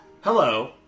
Hello